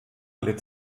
litt